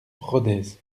rodez